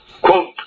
Quote